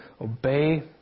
obey